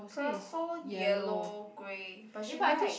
purple yellow grey but she like